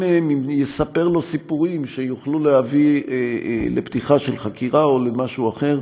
מהם יספר לו סיפורים שיוכלו להביא לפתיחת חקירה או למשהו אחר.